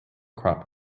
crop